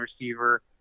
receiver